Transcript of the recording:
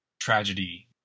tragedy